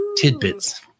tidbits